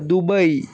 Dubai